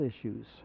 issues